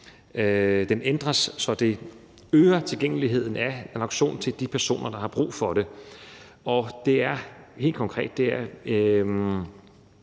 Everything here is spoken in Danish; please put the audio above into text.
– ændres, så tilgængeligheden af naloxon til de personer, der har brug for det, øges. Det er helt konkret, at hvis